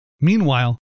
Meanwhile